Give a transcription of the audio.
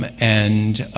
but and